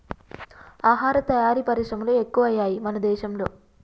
ఆహార తయారీ పరిశ్రమలు ఎక్కువయ్యాయి మన దేశం లో